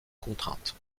contraintes